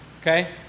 Okay